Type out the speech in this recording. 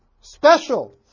special